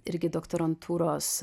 irgi doktorantūros